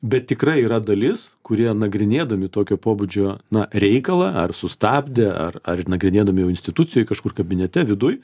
bet tikrai yra dalis kurie nagrinėdami tokio pobūdžio na reikalą ar sustabdė ar ar nagrinėdami jau institucijoj kažkur kabinete viduj